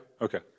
Okay